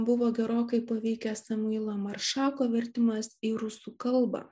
buvo gerokai paveikęs samuilo maršako vertimas į rusų kalbą